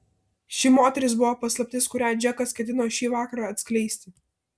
ši moteris buvo paslaptis kurią džekas ketino šį vakarą atskleisti